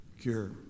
cure